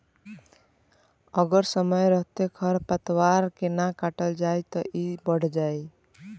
अगर समय रहते खर पातवार के ना काटल जाइ त इ बढ़ जाइ